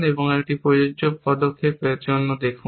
এবং একটি প্রযোজ্য পদক্ষেপের জন্য দেখুন